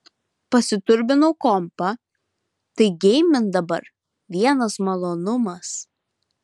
pasiturbinau kompą tai geimint dabar vienas malonumas